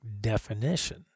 definition